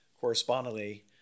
correspondingly